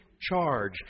charge